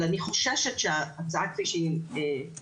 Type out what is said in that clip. אבל אני חוששת שההצעה כפי שהיא היום,